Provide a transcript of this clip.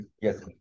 Yes